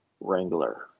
Wrangler